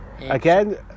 Again